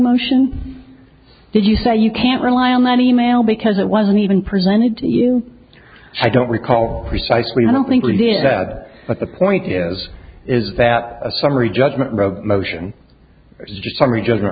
motion did you say you can't rely on that e mail because it wasn't even presented to you i don't recall precisely i don't think we did bad but the point is is that a summary judgment wrote motion summary judgment